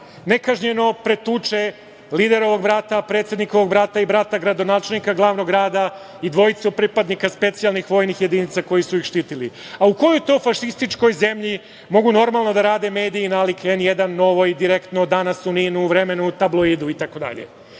nekažnjeno pretuče liderovog brata, predsednikovog brata i brata gradonačelnika glavnog grada i dvojicu pripadnika specijalnih vojnih jedinica koji su ih štitili?U kojoj to fašističkoj zemlji mogu normalno da rade mediji, nalik „N1“, „Novoj“, „Direktno“, „Danas“, u „NiN-u“, „Vremenu“ itd?